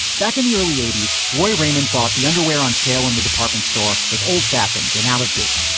back in the early eighty s, roy raymond thought the underwear on sale in the department store was old fashioned and out of date.